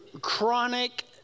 chronic